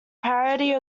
parody